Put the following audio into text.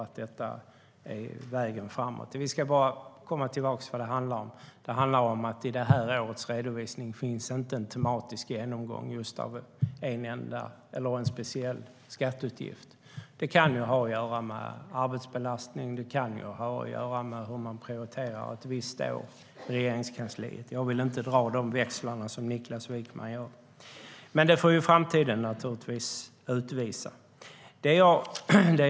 Vi ska komma tillbaka till vad det handlar om. Det handlar om att det i detta års redovisning inte finns en tematisk genomgång av en speciell skatteutgift. Det kan ha att göra med arbetsbelastning eller hur man prioriterar ett visst år i Regeringskansliet. Jag vill inte dra de växlar som Niklas Wykman gör. Det får framtiden utvisa.